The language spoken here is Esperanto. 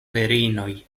virinoj